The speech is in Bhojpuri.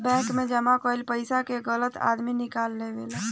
बैंक मे जमा कईल पइसा के गलत आदमी निकाल लेवेला